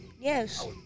yes